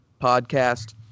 podcast